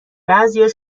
بعضیا